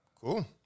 Cool